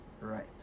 Right